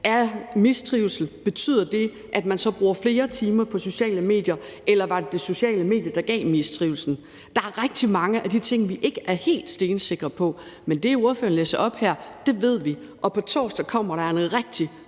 der mistrivsel, og betyder det så, at man bruger flere timer på sociale medier, eller var det det sociale medie, der gav mistrivslen? Der er rigtig mange af de ting, vi ikke er helt stensikre på. Men det, som ordføreren læser op her, ved vi, og på torsdag kommer der en rigtig